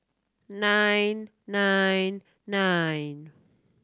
nine nine nine